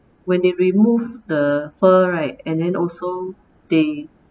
when they remove the fur right and then also they